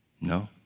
No